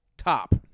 top